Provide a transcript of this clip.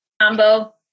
Combo